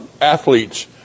athletes